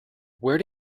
where